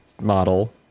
model